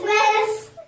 Christmas